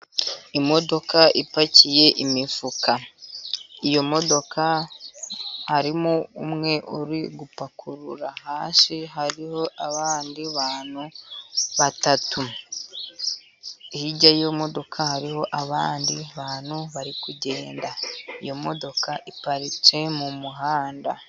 Imodoka ipakiye imifuka, iyo modoka harimo umwe uri gupakurura, hasi hariho abandi bantu batatu, hirya y'imodoka hariho abandi bantu bari kugenda. Iyo modoka iparitse mu muhanda.